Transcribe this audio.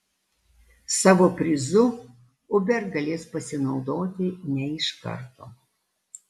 savo prizu uber galės pasinaudoti ne iš karto